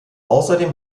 außerdem